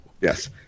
Yes